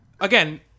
again